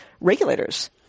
regulators